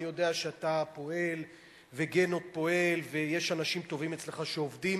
אני יודע שאתה פועל וגנות פועל ויש אנשים טובים אצלך שעובדים,